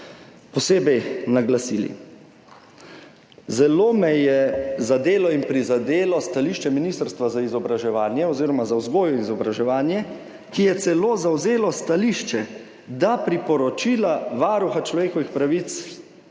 posebej naglasili. Zelo me je zadelo in prizadelo stališče Ministrstva za vzgojo in izobraževanje, ki je celo zavzelo stališče, da priporočila Varuha človekovih pravic, naj se